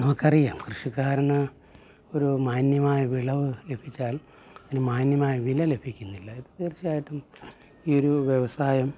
നമുക്ക് അറിയാം കൃഷിക്കാരന് ഒരു മാന്യമായ വിളവ് ലഭിച്ചാൽ അതിന് മാന്യമായ വില ലഭിക്കുന്നില്ല അത് തീർച്ചയായിട്ടും ഈ ഒരു വ്യവസായം